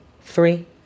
Three